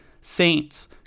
Saints